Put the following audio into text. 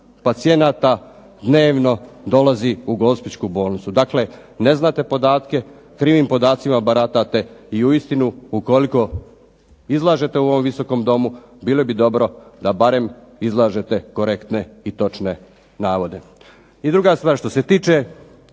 pacijenata dnevno dolazi u gospićku bolnicu. Dakle ne znate podatke, krivim podacima baratate, i uistinu ukoliko izlažete u ovom Visokom domu bilo bi dobro da barem izlažete korektne i točne navode. I druga stvar, što se tiče